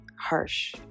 harsh